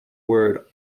word